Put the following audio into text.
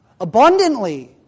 abundantly